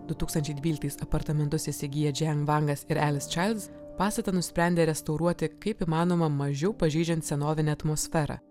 du tūkstančiai dvyliktais apartamentus įsigiję džian vangas ir elisčaildsalice childs pastatą nusprendė restauruoti kaip įmanoma mažiau pažeidžiant senovinę atmosferą